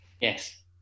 Yes